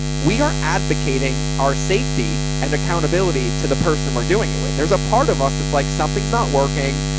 we are advocating our safety and accountability to the person we're doing it with. there's a part of us. it's like, something's not working.